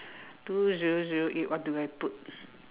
two zero zero eight what do I put